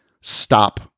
stop